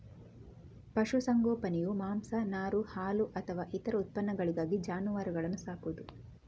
ಪಶು ಸಂಗೋಪನೆಯು ಮಾಂಸ, ನಾರು, ಹಾಲು ಅಥವಾ ಇತರ ಉತ್ಪನ್ನಗಳಿಗಾಗಿ ಜಾನುವಾರುಗಳನ್ನ ಸಾಕುದು